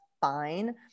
fine